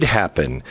happen